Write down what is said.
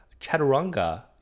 Chaturanga